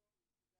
ויצ"ו